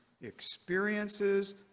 experiences